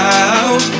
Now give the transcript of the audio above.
out